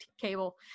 cable